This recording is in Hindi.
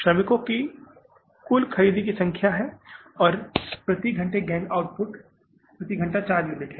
श्रमिकों की कुल खरीदी गई संख्या है और प्रति घंटे गैंग आउटपुट प्रति घंटा 4 यूनिट है